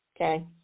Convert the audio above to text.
Okay